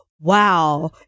wow